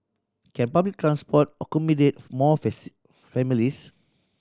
can public transport accommodate more families